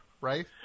right